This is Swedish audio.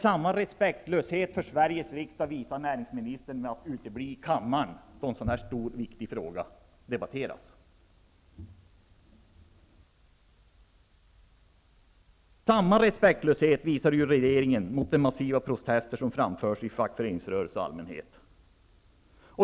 Samma respektlöshet för Sveriges riksdag visar näringsministern genom att utebli då en så stor och viktig fråga debatteras i kammaren. egeringen visar återigen samma respektlöshet inför de massiva protester som framförts från fackföreningsrörelse och allmänhet.